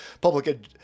Public